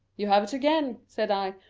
you have it again, said i.